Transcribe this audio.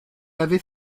avait